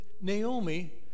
Naomi